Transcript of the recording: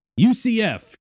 UCF